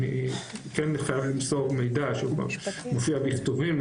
אני כן מחויב למסור מידע שהוא מופיע בכתובים,